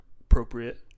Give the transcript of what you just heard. Appropriate